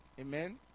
amen